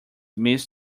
missed